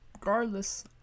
regardless